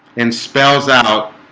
and spells out